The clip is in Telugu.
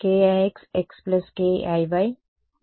rkixxkiyy ఉంది